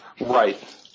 right